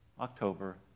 October